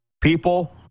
People